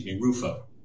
Rufo